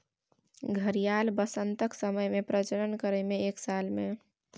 घड़ियाल बसंतक समय मे प्रजनन करय छै एक साल मे